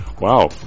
wow